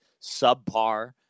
subpar